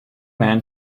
man